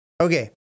Okay